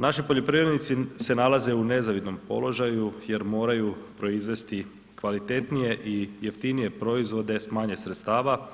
Naši poljoprivrednici se nalaze u nezavidnom položaju jer moraju proizvesti kvalitetnije i jeftinije proizvode s manje sredstava,